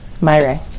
Myra